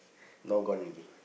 now gone already